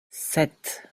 sept